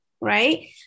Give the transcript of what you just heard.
right